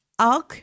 ALK